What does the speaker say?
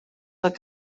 fod